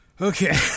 okay